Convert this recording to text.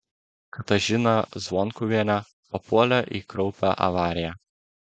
katažina zvonkuvienė papuolė į kraupią avariją